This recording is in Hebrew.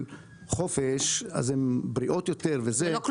חופש הן בריאות יותר -- אלה לא כלובים.